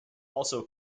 also